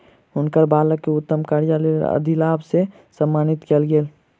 हुनकर बालक के उत्तम कार्यक लेल अधिलाभ से सम्मानित कयल गेल